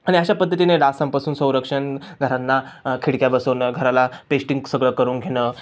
आणि अशा पद्धतीने डासांपासून संरक्षण घरांना खिडक्या बसवणं घराला पेस्टिंग सगळं करून घेणं